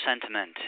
sentiment